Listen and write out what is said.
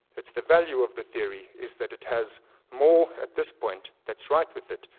it's the value of the theory is that it has more at this point that's right with it,